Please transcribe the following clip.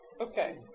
Okay